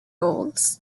halls